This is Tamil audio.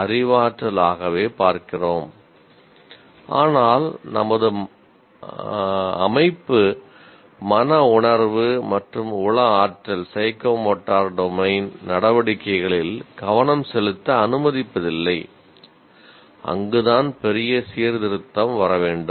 அறிவாற்றல் நடவடிக்கைகளில் கவனம் செலுத்த அனுமதிப்பதில்லை அங்குதான் பெரிய சீர்திருத்தம் வர வேண்டும்